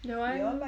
that one